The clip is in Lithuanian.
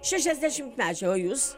šešiasdešimtmečiai o jūs